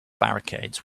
barricades